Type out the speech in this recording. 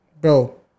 Bro